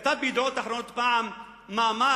כתב ב"ידיעות אחרונות" פעם מאמר